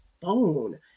phone